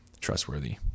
trustworthy